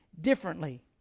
differently